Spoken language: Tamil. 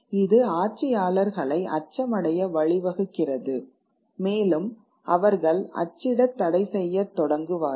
இது ஆட்சியாளர்களை அச்சமடைய வழிவகுக்கிறது மேலும் அவர்கள் அச்சிடத் தடை செய்யத் தொடங்குவார்கள்